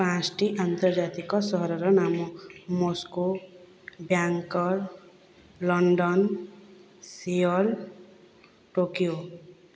ପାଞ୍ଚୋଟି ଆନ୍ତର୍ଜାତିକ ସହରର ନାମ Moscow Bangkok London Seoul Tokyo